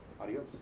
Adios